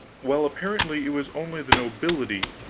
while apparently it was only the nobility,